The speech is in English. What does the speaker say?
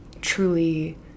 truly